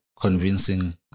convincing